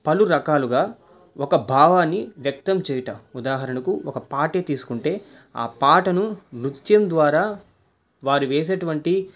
పలు రకాలుగా ఒక భావాన్ని వ్యక్తం చేయుట ఉదాహరణకు ఒక పాటే తీసుకుంటే ఆ పాటను నృత్యం ద్వారా వారు వేసేటువంటి